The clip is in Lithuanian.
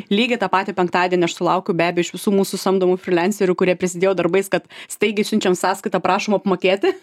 lygiai tą patį penktadienį aš sulaukiu be abejo iš visų mūsų samdomų frylancerių kurie prisidėjo darbais kad staigiai siunčiam sąskaitą prašom apmokėti